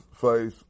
face